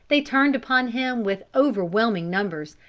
they turned upon him with overwhelming numbers,